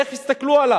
איך יסתכלו עליו?